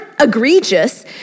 egregious